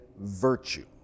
virtue